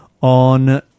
on